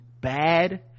bad